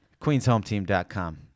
queenshometeam.com